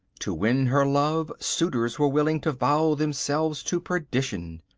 to win her love suitors were willing to vow themselves to perdition.